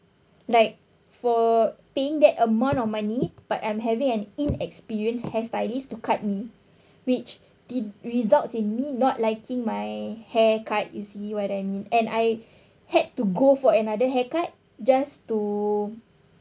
like for paying that amount of money but I'm having an inexperienced hair stylists to cut me which results in me not liking my hair cut you see what I mean and I had to go for another haircut just to